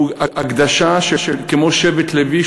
שהוא הקדשה כמו שבט לוי,